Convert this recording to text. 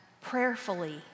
prayerfully